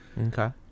Okay